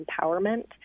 empowerment